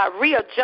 readjust